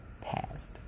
passed